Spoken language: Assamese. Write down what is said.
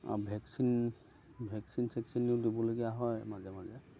আৰু ভেকচিন ভেকচিন চেকচিনো দিবলগীয়া হয় মাজে মাজে